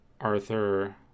Arthur